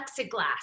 plexiglass